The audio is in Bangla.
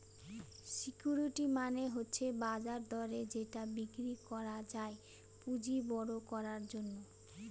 সিকিউরিটি মানে হচ্ছে বাজার দরে যেটা বিক্রি করা যায় পুঁজি বড়ো করার জন্য